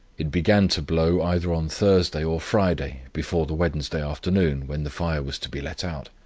it began to blow either on thursday or friday before the wednesday afternoon, when the fire was to be let out.